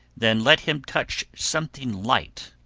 then let him touch something light,